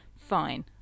fine